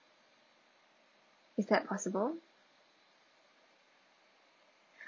is that possible